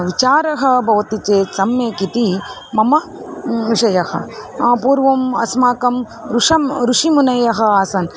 विचारः भवति चेत् सम्यक् इति मम विषयः पूर्वम् अस्माकं ऋषं ऋषिमुनयः आसन्